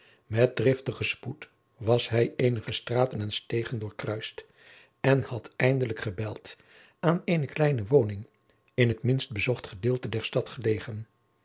met driftigen spoed was hij eenige straten en steegen doorgekruist en had eindelijk gebeld aan eene kleine woning in het minst bezocht gedeelte der stad gelegen